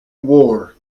war